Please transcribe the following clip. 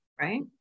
right